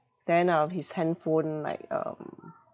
then uh his handphone like um